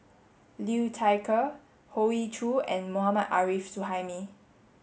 Liu Thai Ker Hoey Choo and Mohammad Arif Suhaimi